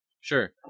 Sure